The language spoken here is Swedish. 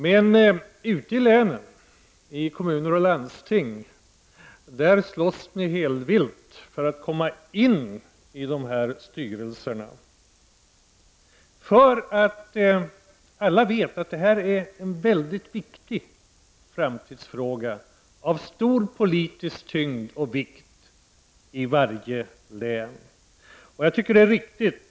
Men ute i länen, i kommuner och landsting, slåss ni helvilt för att komma in i de här styrelserna! Jag tycker det är riktigt. Vi vill ju också vara representerade på så många ställen som möjligt.